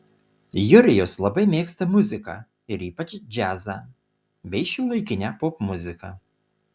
jurijus labai mėgsta muziką ir ypač džiazą bei šiuolaikinę popmuziką